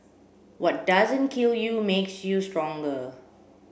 what doesn't kill you makes you stronger